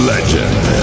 Legend